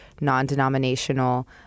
non-denominational